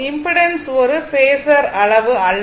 impedance ஒரு phasor அளவு அல்ல